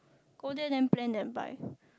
go there then plan then buy